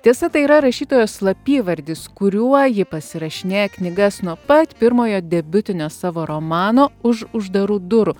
tiesa tai yra rašytojos slapyvardis kuriuo ji pasirašinėja knygas nuo pat pirmojo debiutinio savo romano už uždarų durų